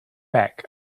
back